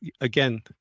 again